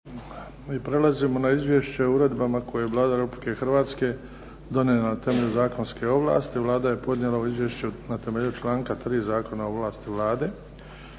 i prelazimo: - Izvješće o uredbama koje je Vlada Republike Hrvatske donijela na temelju zakonske ovlasti Vlada je podnijela u izvješću na temelju članka 3. Zakona o ovlasti Vlade